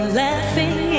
laughing